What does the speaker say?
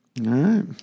right